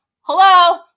Hello